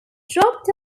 dropped